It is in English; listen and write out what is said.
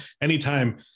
Anytime